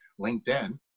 LinkedIn